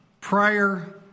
prior